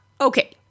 Okay